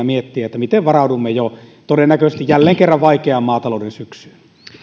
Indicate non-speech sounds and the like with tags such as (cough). (unintelligible) miettiä jo miten varaudumme todennäköisesti jälleen kerran vaikeaan maatalouden syksyyn